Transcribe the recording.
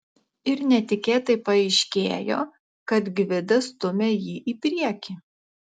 ir netikėtai paaiškėjo kad gvidas stumia jį į priekį